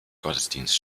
gottesdienst